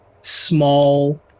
small